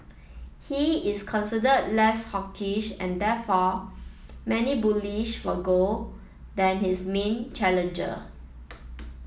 he is considered less hawkish and therefore many bullish for gold than his main challenger